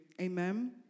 Amen